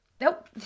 nope